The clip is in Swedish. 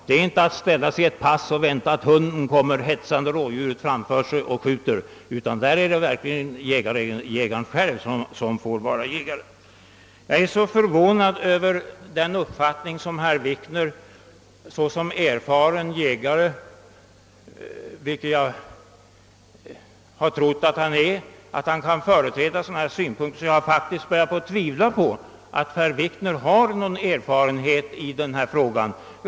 Den går inte ut på att man ställer sig på pass och väntar att hunden skall komma hetsande rådjuret framför sig, så att man kan skjuta, utan det är verkligen jägaren själv som får jaga. Jag har hittills trott att herr Wikner var en erfaren jägare, men när jag nu hör honom företräda sådana här synpunkter blir jag mycket förvånad och börjar faktiskt tvivla på att herr Wikner har någon erfarenhet på detta område.